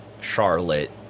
Charlotte